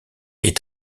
est